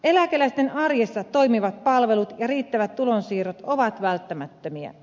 eläkeläisten arjessa toimivat palvelut ja riittävät tulonsiirrot ovat välttämättömiä